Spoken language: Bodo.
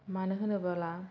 मानो होनोबोला